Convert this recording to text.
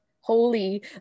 holy